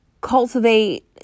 cultivate